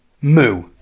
moo